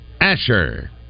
Asher